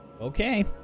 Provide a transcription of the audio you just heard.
Okay